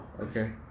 Okay